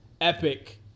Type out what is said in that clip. epic